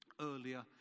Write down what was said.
earlier